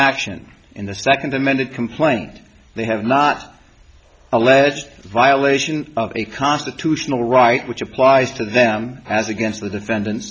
action in the second amended complaint they have not alleged violation of a constitutional right which applies to them as against the defendant